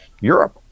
Europe